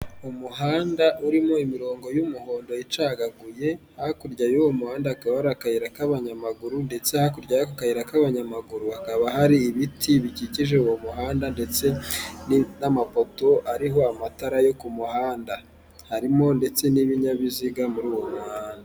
Umuhanda urimo imirongo y'umuhondo icagaguye, hakurya y'uwo muhanda hakaba hari akayira k'abanyamaguru, ndetse hakurya y'akayira k'abanyamaguru hakaba hari ibiti bikikije uwo muhanda ndetse n'amapoto ariho amatara yo ku muhanda, harimo ndetse n'ibinyabiziga muri uwo muhanda.